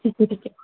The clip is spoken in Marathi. ठीक आहे ठीक आहे